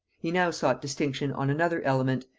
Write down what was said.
he now sought distinction on another element,